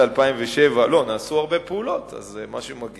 1. ראשית, נשאלנו מדוע הדוח פורסם עתה.